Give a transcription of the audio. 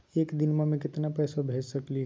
एक दिनवा मे केतना पैसवा भेज सकली हे?